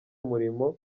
umurimo